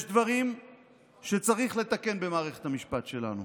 יש דברים שצריך לתקן במערכת המשפט שלנו,